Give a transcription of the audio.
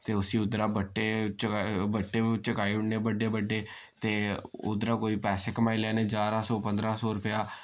ते उस्सी उद्धरा बट्टे चकाई ओड़ने बड्डे बड्डे ते उद्धरा कोई पैसे कमाई लैने जारां सौ पंदरां सौ रपेआ